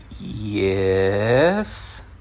yes